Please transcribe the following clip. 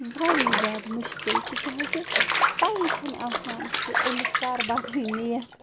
واریاہ زیادٕ مُشکِل تِکیٛازِ پَیی چھِنہٕ آسان کہِ أمِس کَر بَدلہِ نِیَت